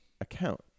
account